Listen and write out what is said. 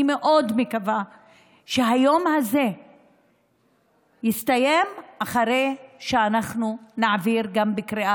אני מאוד מקווה שהיום הזה יסתיים אחרי שאנחנו נעביר בקריאה